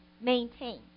maintain